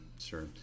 Sure